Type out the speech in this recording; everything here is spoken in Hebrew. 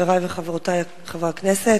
חברי וחברותי חברי הכנסת,